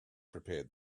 prepared